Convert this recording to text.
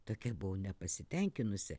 tokia buvau nepasitenkinusi